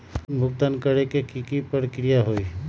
Loan भुगतान करे के की की प्रक्रिया होई?